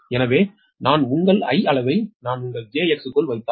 எனவே நான் உங்கள் I அளவை நான் உங்கள் jX க்குள் வைத்தால்